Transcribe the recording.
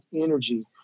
energy